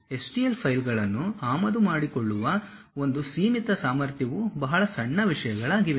STL ಫೈಲ್ಗಳನ್ನು ಆಮದು ಮಾಡಿಕೊಳ್ಳುವ ಒಂದು ಸೀಮಿತ ಸಾಮರ್ಥ್ಯವು ಬಹಳ ಸಣ್ಣ ವಿಷಯಗಳಾಗಿವೆ